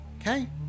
Okay